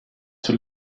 sur